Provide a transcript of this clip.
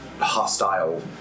hostile